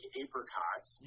apricots